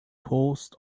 post